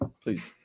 Please